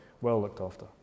well-looked-after